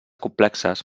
complexes